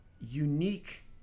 unique